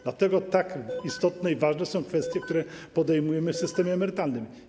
Dlatego tak istotne i ważne są kwestie, które podejmujemy w systemie emerytalnym.